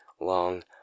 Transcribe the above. long